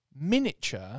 miniature